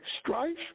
strife